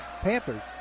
Panthers